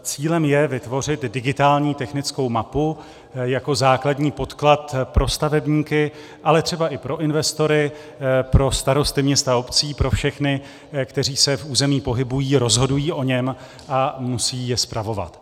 Cílem je vytvořit digitální technickou mapu jako základní podklad pro stavebníky, ale třeba i pro investory, pro starosty měst a obcí, pro všechny, kteří se v území pohybují, rozhodují o něm a musí jej spravovat.